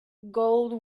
gold